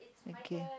okay